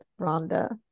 Rhonda